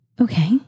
Okay